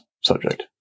subject